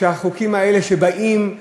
ואתם מביאים את